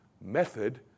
method